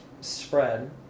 spread